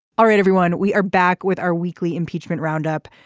all right everyone. we are back with our weekly impeachment roundup.